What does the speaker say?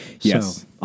Yes